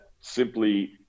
simply